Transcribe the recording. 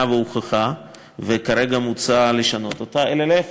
והוכחה וכרגע מוצע לשנות אותה אלא להפך,